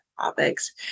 topics